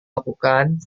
lakukan